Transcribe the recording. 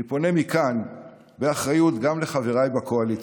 אני פונה מכאן, באחריות, גם לחבריי בקואליציה: